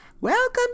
Welcome